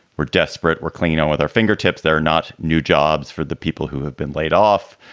we're desperate. we're clean out with our fingertips. they're not new jobs for the people who have been laid off.